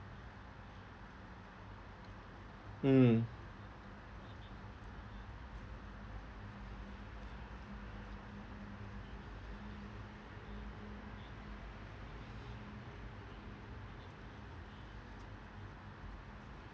mm